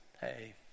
Hey